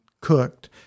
cooked